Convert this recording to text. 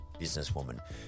businesswoman